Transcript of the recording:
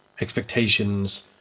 expectations